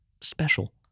special